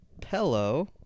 pillow